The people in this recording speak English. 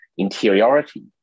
interiority